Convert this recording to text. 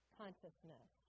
consciousness